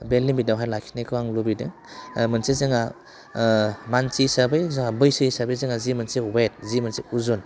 बे लिमिटावहाय लाखिनायखौ आं लुबैदों मोनसे जोंहा मानसि हिसाबै जोंहा बैसो हिसाबै जोंहा जि मोनसे वेथ जि मोनसे उजन